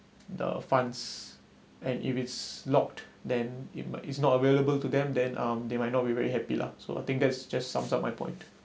the funds and if it's locked then it is not available to them then um they might not be very happy lah so I think that's just sums up my point